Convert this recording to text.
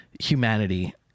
humanity